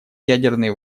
ядерные